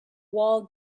wall